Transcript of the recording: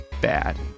bad